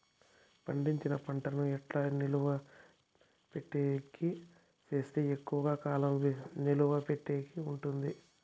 పండించిన పంట ను ఎట్లా నిలువ పెట్టేకి సేస్తే ఎక్కువగా కాలం నిలువ పెట్టేకి ఉంటుంది?